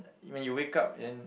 when you wake up then